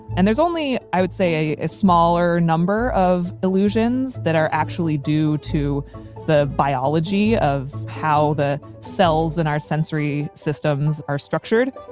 and there's only, i would say, a smaller number of illusions that are actually due to the biology of how the cells in our sensory systems are structured